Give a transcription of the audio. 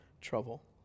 trouble